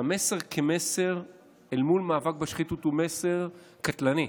שהמסר כמסר אל מול מאבק בשחיתות הוא מסר קטלני.